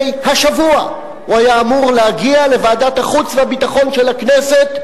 השבוע הוא היה אמור להגיע לוועדת החוץ והביטחון של הכנסת,